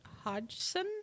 Hodgson